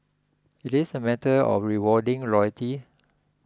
it is a matter of rewarding loyalty